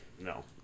No